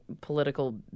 political